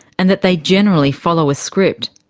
and that they generally follow a script.